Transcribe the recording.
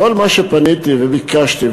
ככל שפניתי וביקשתי,